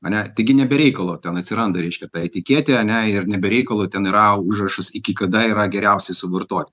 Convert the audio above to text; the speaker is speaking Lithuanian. ane taigi ne be reikalo ten atsiranda reiškia tai tikėti ane ir ne be reikalo ten yra užrašas iki kada yra geriausiai suvartot